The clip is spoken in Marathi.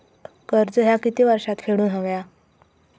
कर्ज ह्या किती वर्षात फेडून हव्या?